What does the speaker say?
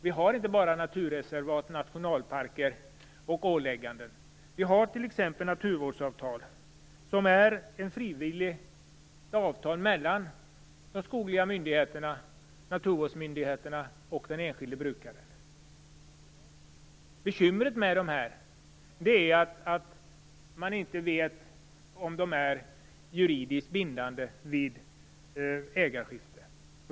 Vi har inte bara naturreservat, nationalparker och ålägganden. Vi har t.ex. naturvårdsavtal, som är ett frivilligt avtal mellan de skogliga myndigheterna, naturvårdsmyndigheterna och den enskilde brukaren. Bekymret med dessa är att man inte vet om de är juridiskt bindande vid ägarskifte.